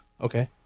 Okay